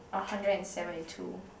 a hundred and seventy two